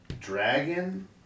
Dragon